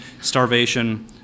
starvation